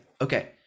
Okay